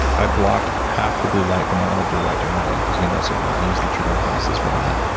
i block half the blue light but not all blue light during the day cause you need that signal. i use the truedark glasses for that.